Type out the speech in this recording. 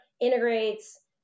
integrates